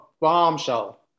bombshell